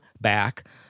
back